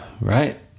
Right